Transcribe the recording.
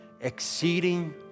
exceeding